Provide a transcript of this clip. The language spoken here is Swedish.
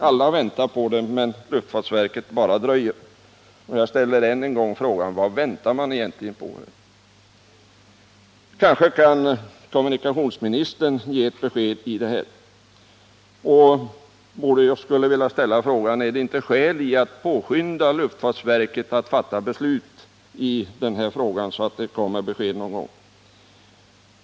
Alla väntar på besked, men luftfartsverket bara dröjer. Jag ställer än en gång frågan: Vad väntar luftfartsverket egentligen på? Kanske kan kommunikationsministern ge en förklaring? Är det inte skäl att påskynda luftfartsverket så att det fattar beslut i den här frågan och vi får klarhet någon gång?